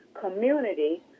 community